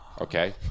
okay